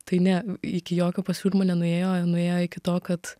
tai ne iki jokio pasiūlymo nenuėjo nuėjo iki to kad